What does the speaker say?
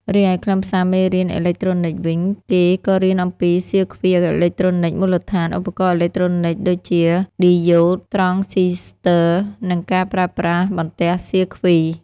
រីឯខ្លឹមសារមេរៀនអេឡិចត្រូនិចវិញ គេក៏រៀនអំពីសៀគ្វីអេឡិចត្រូនិចមូលដ្ឋាន ឧបករណ៍អេឡិចត្រូនិចដូចជា ឌីយ៉ូត ត្រង់ស៊ីស្ទ័រ និងការប្រើប្រាស់បន្ទះសៀគ្វី។